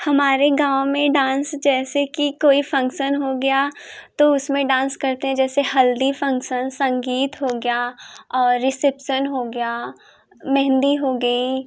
हमारे गाँव में डांस जैसे कि कोई फंक्शन हो गया तो उसमें डांस करते हैं जैसे हल्दी फंक्शन्स संगीत हो गया और रिसेप्शन हो गया मेहंदी हो गई